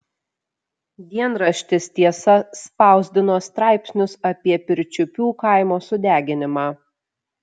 dienraštis tiesa spausdino straipsnius apie pirčiupių kaimo sudeginimą